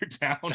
town